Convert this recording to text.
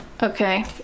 Okay